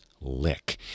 lick